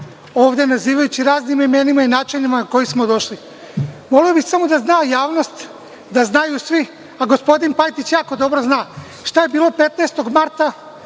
ovde nazivajući raznim imenima i načinima na koji smo došli. Voleo bih samo da zna javnost, da znaju svi, a gospodin Pajtić jako dobro zna šta je bilo 15. marta